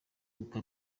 iduka